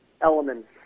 Elements